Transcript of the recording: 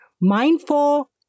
Mindful